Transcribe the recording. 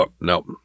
Nope